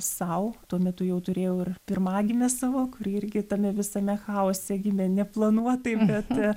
sau tuo metu jau turėjau ir pirmagimę savo kuri irgi tame visame chaose gimė neplanuotai bet